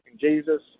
Jesus